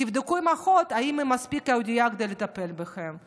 תבדקו עם האחות אם היא מספיק יהודייה כדי לטפל בכם.